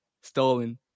stolen